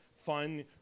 fun